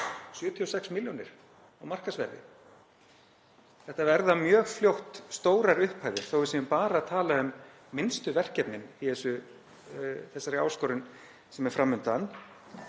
76 milljónir á markaðsverði. Þetta verða mjög fljótt stórar upphæðir þótt við séum bara að tala um minnstu verkefnin í þessari áskorun sem er fram